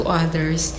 others